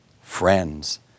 friends